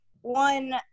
One